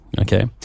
Okay